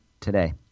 today